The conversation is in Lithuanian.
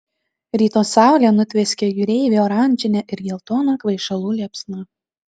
ryto saulė nutvieskė jūreivį oranžine ir geltona kvaišalų liepsna